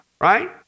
right